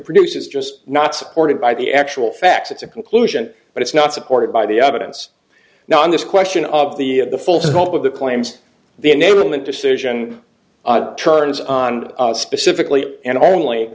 produce is just not supported by the actual facts it's a conclusion but it's not supported by the evidence now on this question of the full scope of the claims the enablement decision turns on specifically and only